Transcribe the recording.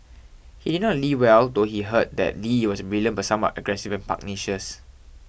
he did not Lee well though he heard that Lee was brilliant but somewhat aggressive and pugnacious